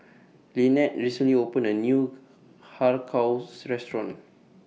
Lynnette recently opened A New Har Kow Restaurant